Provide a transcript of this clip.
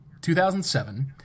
2007